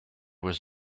was